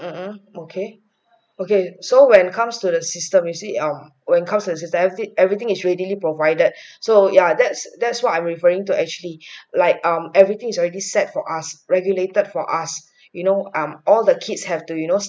mmhmm okay okay so when it comes to the system you see um when comes to the system everyth~ everything is readily provided so ya that's that's what I'm referring to actually like um everything is already set for us regulated for us you know um all the kids have to you know